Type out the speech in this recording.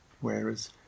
whereas